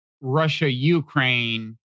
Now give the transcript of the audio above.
Russia-Ukraine